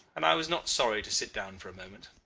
and i was not sorry to sit down for a moment.